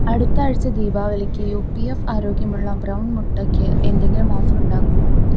അടുത്ത ആഴ്ച ദീപാവലിക്ക് യു പി എഫ് ആരോഗ്യമുള്ള ബ്രൗൺ മുട്ടയ്ക്ക് എന്തെങ്കിലും ഓഫർ ഉണ്ടാകുമോ